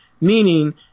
meaning